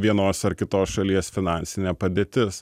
vienos ar kitos šalies finansinė padėtis